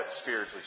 spiritually